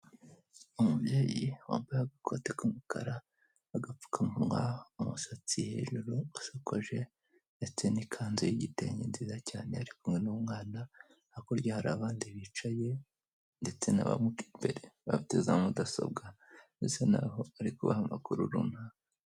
Umubyeyi wambaye agakote k'umukara, agapfukamwa, umusatsi hejuru usakoje, ndetse n'ikanzu y'igitenge nziza cyane, ari kumwe n'umwana. Hakurya hari abandi bicaye, ndetse nabatambuka imbere bafite za mudasobwa, bisa naho bari kubaha amakuru runaka.